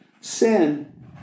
sin